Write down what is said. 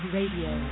Radio